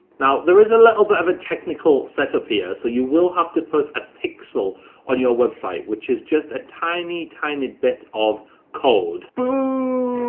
now there is a little bit of a technical set-up here so you will have to put a pixel on your website, which is just a tiny, tiny bit of code. boom!